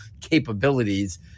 capabilities